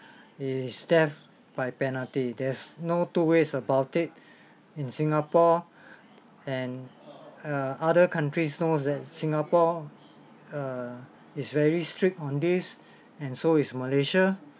is death by penalty there's no two ways about it in Singapore and err other countries knows that singapore err is very strict on this and so is malaysia